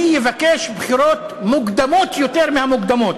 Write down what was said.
מי יבקש בחירות מוקדמות יותר מהמוקדמות,